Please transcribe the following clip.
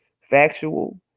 factual